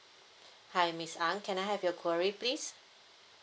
hi miss ang can I have your query please